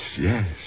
yes